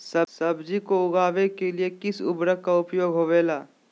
सब्जी को उगाने के लिए किस उर्वरक का उपयोग होबेला?